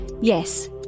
Yes